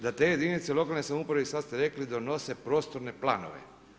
Da te jedinice lokalne samouprave, sada ste rekli donose prostorne planove.